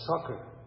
soccer